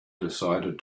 decided